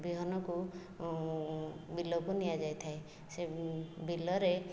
ବିହନକୁ ବିଲକୁ ନିଆଯାଇଥାଏ ସେ ବିଲରେ